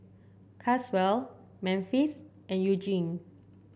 Caswell Memphis and Eugene